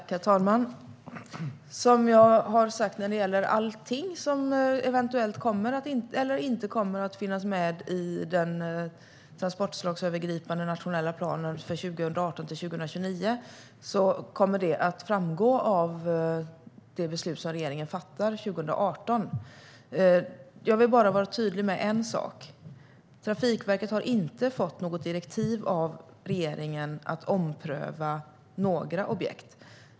Herr talman! Som jag har sagt när det gäller allting som eventuellt kommer eller inte kommer att finnas med i den transportslagsövergripande nationella planen för 2018-2029: Det kommer att framgå av det beslut som regeringen fattar 2018. Jag vill bara vara tydlig med en sak. Trafikverket har inte fått något direktiv av regeringen om att ompröva några objekt.